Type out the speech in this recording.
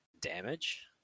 damage